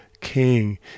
king